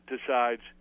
decides